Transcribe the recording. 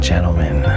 gentlemen